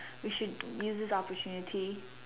we should use this opportunity